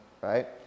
right